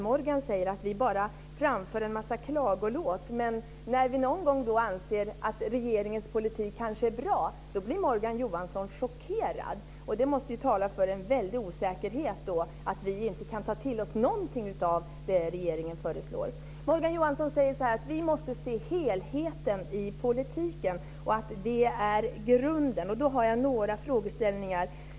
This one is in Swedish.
Morgan säger att vi bara framför en massa klagolåt. Men när vi någon gång anser att regeringens politik kanske är bra blir Morgan Johansson chockerad. Det måste tala för en väldig osäkerhet att vi inte kan ta till oss någonting av det regeringen föreslår. Morgan Johansson säger att vi måste se helheten i politiken och att det är grunden. Då har jag några frågor.